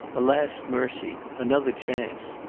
a last mercy, another chance.